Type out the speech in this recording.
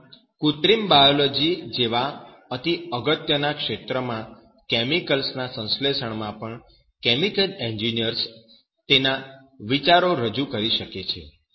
આમ કૃત્રિમ બાયોલોજી જેવા અતિ અગત્યના ક્ષેત્રમાંના કેમિકલ્સના સંશ્લેષણમાં પણ કેમિકલ એન્જિનિયર્સ તેમના વિચારો રજૂ કરી શકે છે